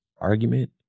argument